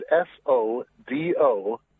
S-O-D-O